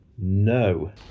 No